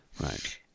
Right